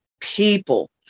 people